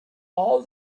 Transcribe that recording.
all